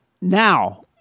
Now